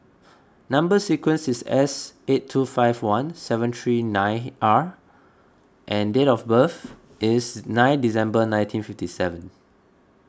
Number Sequence is S eight two five one seven three nine R and date of birth is nine December nineteen fifty seven